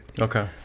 okay